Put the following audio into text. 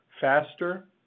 faster